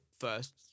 first